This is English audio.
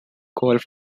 golf